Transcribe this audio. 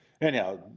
Anyhow